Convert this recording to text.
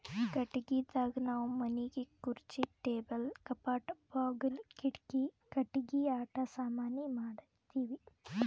ಕಟ್ಟಿಗಿದಾಗ್ ನಾವ್ ಮನಿಗ್ ಖುರ್ಚಿ ಟೇಬಲ್ ಕಪಾಟ್ ಬಾಗುಲ್ ಕಿಡಿಕಿ ಕಟ್ಟಿಗಿ ಆಟ ಸಾಮಾನಿ ಮಾಡ್ತೀವಿ